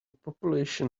population